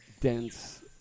Dense